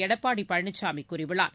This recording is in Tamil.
எடப்பாடி பழனிசாமி கூறியுள்ளார்